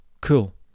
Cool